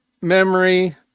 memory